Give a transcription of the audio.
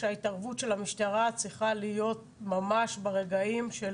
שההתערבות של המשטרה צריכה להיות ממש ברגעים של